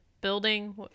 building